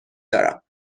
دارم